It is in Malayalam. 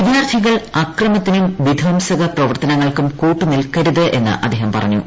വിദ്യാർത്ഥികൾ അക്രമത്തിനും വിധംസകപ്രവർത്തനങ്ങൾക്കും കൂട്ടുനിൽക്കരുതെന്ന് അദ്ദേഹം പറഞ്ഞു